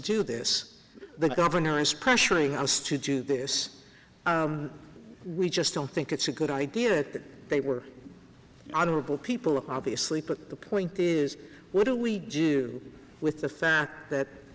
do this the governor is pressuring us to do this we just don't think it's a good idea that they were honorable people obviously put the point is what do we do with the fact that